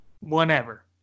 whenever